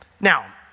Now